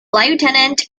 lieutenant